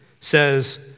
says